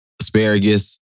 asparagus